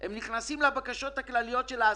הם נכנסים לבקשות הכלליות של העסקים.